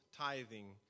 tithing